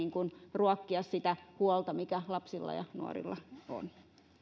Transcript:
ruokkia sitä huolta mikä lapsilla ja nuorilla on